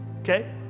Okay